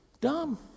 dumb